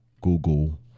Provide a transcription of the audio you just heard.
Google